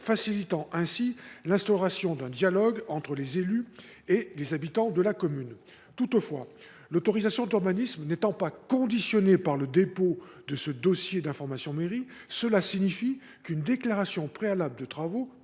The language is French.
faciliter ainsi l’instauration d’un dialogue entre les élus et les habitants de la commune. Toutefois, l’autorisation d’urbanisme n’étant pas conditionnée au dépôt du dossier d’information mairie, une déclaration préalable de travaux